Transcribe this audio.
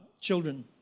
children